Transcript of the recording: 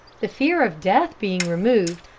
the fear of death being removed,